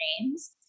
names